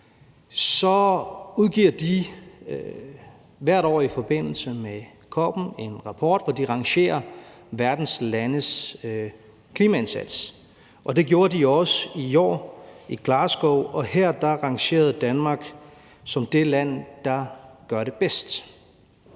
så udgiver de hvert år i forbindelse med COP'en en rapport, hvor de rangerer verdens landes klimaindsats, og det gjorde de også i år i Glasgow, og her rangerer Danmark som det land, der gør det bedst.